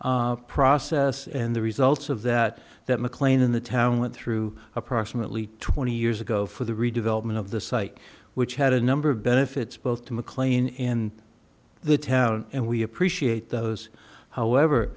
long process and the results of that that mclean in the town went through approximately twenty years ago for the redevelopment of the site which had a number of benefits both to mclean in the town and we appreciate those however